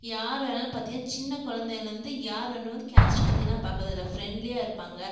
யார் வேணாலும் பார்த்தின்னா சின்ன கொழந்தைலிருந்து யார் என்ன வந்து கேஸ்ட்டு பற்றியல்லா பார்க்குறது இல்லை ஃபிரண்ட்லியாக இருப்பாங்க